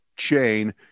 chain